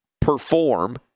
Perform